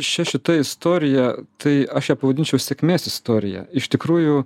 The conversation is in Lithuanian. ši šita istorija tai aš ją pavadinčiau sėkmės istorija iš tikrųjų